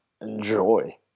enjoy